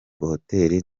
hotel